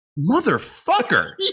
motherfucker